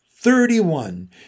Thirty-one